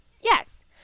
Yes